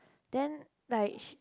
then like she